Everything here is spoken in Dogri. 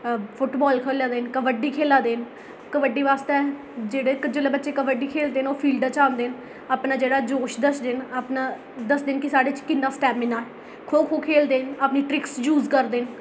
अ फुट्ट बाल खेढा दे न कबड्डी खेढा दे न कबड्डी आस्तै जेह्ड़े जेल्लै बच्चे कबड्डी खेढदे न ओह् फील्ड च आंह्दे न अपना जेह्ड़ा जोश दसदे न अपना दस्सदे न के साढ़े च किन्ना सटाइमना खो खो खेल दे न अपनी ट्रिक्स यूस करदे न